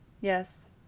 yes